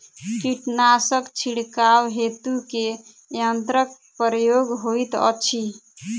कीटनासक छिड़काव हेतु केँ यंत्रक प्रयोग होइत अछि?